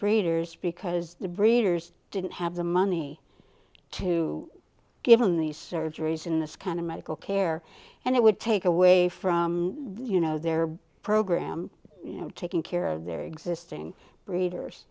breeders because the breeders didn't have the money to give in these surgeries in this kind of medical care and it would take away from you know their program taking care of their existing breeders